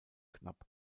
knapp